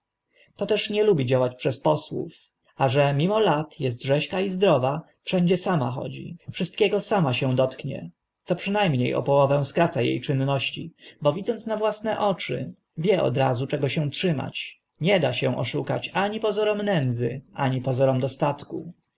nadłoży toteż nie lubi działać przez posłów a że mimo lat est rześka i zdrowa wszędzie sama chodzi wszystkiego sama się dotknie co przyna mnie o połowę skraca e czynności bo widząc na własne oczy wie od razu czego się trzymać nie da się oszukać ani pozorom nędzy ani pozorom dostatku